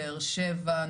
באר שבע,